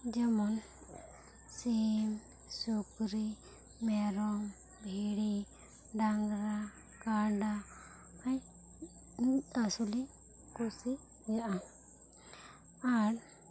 ᱡᱮᱢᱚᱱ ᱥᱤᱢ ᱥᱩᱠᱨᱤ ᱢᱮᱨᱚᱢ ᱵᱷᱤᱰᱤ ᱰᱟᱝᱨᱟ ᱠᱟᱰᱟ ᱢᱤᱫ ᱛᱮ ᱟᱥᱩᱞᱤᱧ ᱠᱩᱥᱤᱭᱟᱜᱼᱟ ᱟᱨ